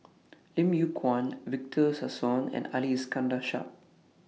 Lim Yew Kuan Victor Sassoon and Ali Iskandar Shah